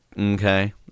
Okay